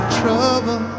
trouble